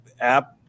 app